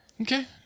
Okay